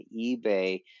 eBay